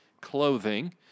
clothing